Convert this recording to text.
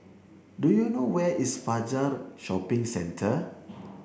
do you know where is Fajar Shopping Centre